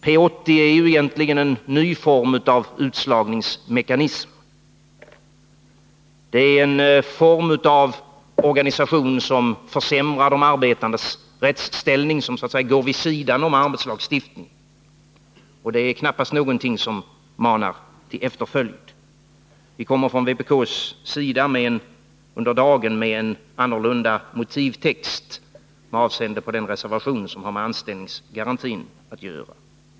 P 80 är egentligen en ny form av utslagningsmekanism, en form av organisation som försämrar de arbetandes rättsställning och som så att säga går vid sidan om arbetslagstiftningen. Det är knappast någonting som manar till efterföljd. Vi kommer från vpk:s sida under dagen att lägga fram en annorlunda motivtext med avseende på den reservation som har med anställningsgarantin att göra.